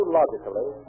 logically